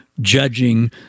judging